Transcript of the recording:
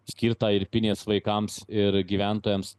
skirtą ir pinės vaikams ir gyventojams